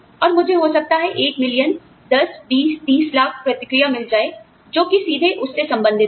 और मुझे हो सकता है एक मिलियन या 10 20 30 लाख प्रतिक्रिया मिल जाए जो कि सीधे उससे संबंधित हो